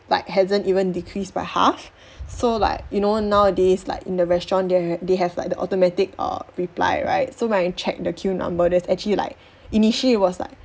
like hasn't even decreased by half so like you know nowadays like in the restaurant there ha~ they have like the automatic err reply right so when I check the queue number there's actually like initially it was like